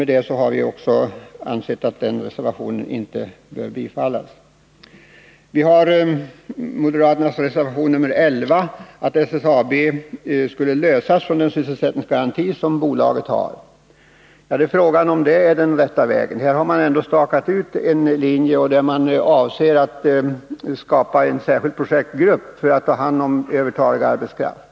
Detta är anledningen till att vi anser att denna reservation inte bör bifallas. sysselsättningsgaranti som gäller. Men frågan är om detta är den rätta vägen. Här har vi ändå stakat ut en linje och avser att skapa en särskild projektgrupp för att ta hand om övertalig arbetskraft.